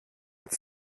hat